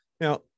Now